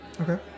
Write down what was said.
Okay